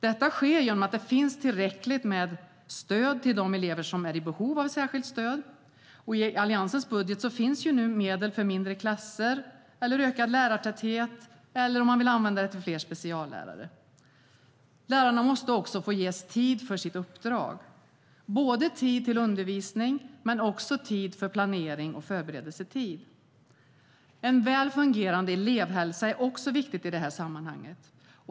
Detta sker genom att det finns tillräckligt med stöd till de elever som är i behov av särskilt stöd. En väl fungerande elevhälsa är också viktig i detta sammanhang.